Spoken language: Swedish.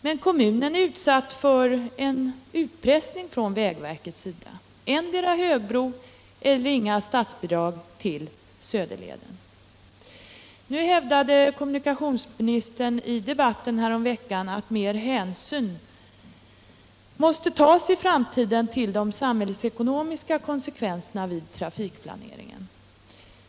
Men kommunen är utsatt för utpressning från vägverket — antingen högbro eller inga statsbidrag till Söderleden. I debatten häromveckan hävdade kommunikationsministern att vid framtida trafikplaneringar måste större hänsyn tas till de samhällsekonomiska konsekvenserna.